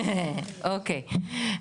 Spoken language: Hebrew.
אוקי.